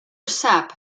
sap